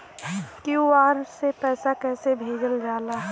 QR से पैसा कैसे भेजल जाला?